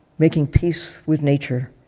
making peace with nature